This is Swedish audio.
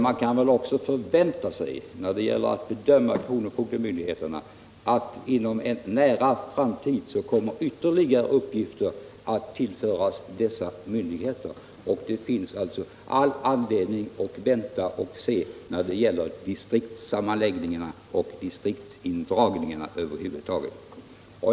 Man kan väl också när det gäller att bedöma kronofogdemyndigheterna förvänta sig att inom en nära framtid ytterligare uppgifter kommer att tillföras dessa myndigheter. Det finns alltså all anledning att vänta och se när det gäller distriktssammanläggningarna och distriktsindragningarna över huvud taget.